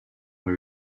ont